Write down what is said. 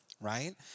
right